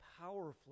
powerfully